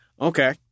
Okay